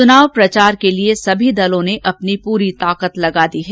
चुनाव प्रचार के लिये सभी दलों ने अपनी पूरी ताकत झोंक दी है